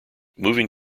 moving